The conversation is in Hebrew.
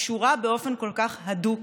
קשור באופן כל כך הדוק